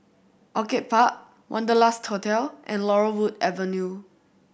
Orchid Park Wanderlust Hotel and Laurel Wood Avenue